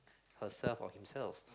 herself or himself